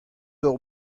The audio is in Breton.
hor